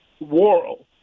world